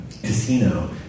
casino